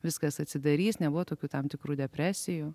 viskas atsidarys nebuvo tokių tam tikrų depresijų